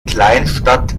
kleinstadt